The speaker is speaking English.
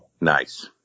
Nice